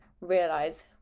realize